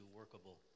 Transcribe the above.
workable